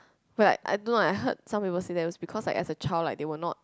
but I don't know eh I heard some people say that was because like as a child like they were not